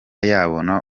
yabona